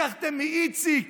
לקחתם מאיציק